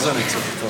הדיון הזה שאנחנו